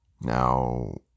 Now